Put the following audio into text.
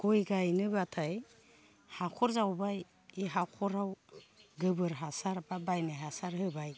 गय गायनोब्लाथाय हाखर जावबाय ए हाखराव गोबोर हासार बा बायनाय हासार होबाय